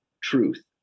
truth